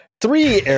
three